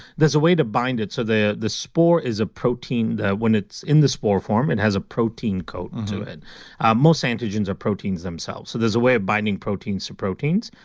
there's a way to bind it. so the the spore is a protein that when it's in the spore form it and has a protein coat and to it most antigens are proteins themselves. so there's a way of binding proteins to proteins.